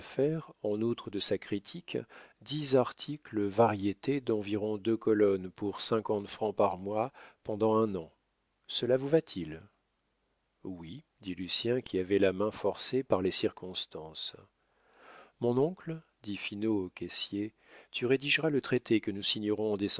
en outre de sa critique dix articles variétés d'environ deux colonnes pour cinquante francs par mois pendant un an cela vous va-t-il oui dit lucien qui avait la main forcée par les circonstances mon oncle dit finot au caissier tu rédigeras le traité que nous signerons